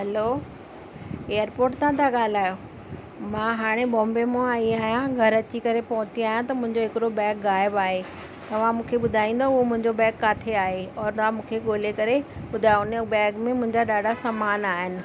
hello airport तां था ॻाल्हायो मां हाणे बॉम्बे मां आई आहियां घरु अची करे पहुती आहियां त मुंहिंजो हिकिड़ो बैग ग़ाइबु आहे तव्हां मूंखे ॿुधाईंदो हो मुंहिंजो बैग काथे आहे और तव्हां मूंखे ॻोल्हे करे ॿुधायो उन बैग में मुंहिंजा ॾाढा सामान आहिनि